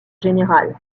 général